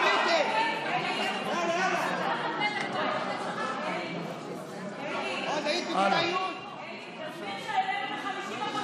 אלי, אלי, אלי, תסביר שהעלינו ב-50%.